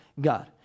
God